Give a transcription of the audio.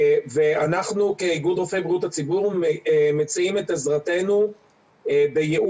אנחנו כאיגוד רופאי בריאות הציבור מציעים את עזרתנו בייעוץ.